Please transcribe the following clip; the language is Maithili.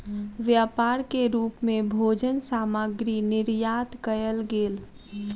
व्यापार के रूप मे भोजन सामग्री निर्यात कयल गेल